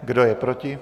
Kdo je proti?